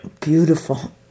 Beautiful